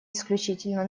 исключительно